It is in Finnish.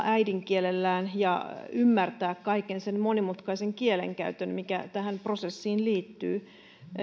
äidinkielellään ja ymmärtää kaiken sen monimutkaisen kielenkäytön mikä tähän prosessiin liittyy